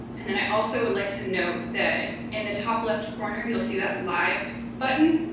and then i also would like to note that in the top left corner, you'll see that live button.